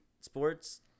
sports